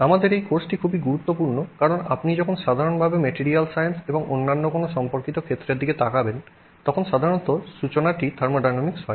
আমাদের এই কোর্সটি খুবই গুরুত্বপূর্ণ কারণ আপনি যখন সাধারণভাবে মেটিরিয়াল সাইন্স এবং অন্যান্য কোনও সম্পর্কিত ক্ষেত্রের দিকে তাকাবেন তখন সাধারণত সূচনাটি থার্মোডাইনামিক্স হয়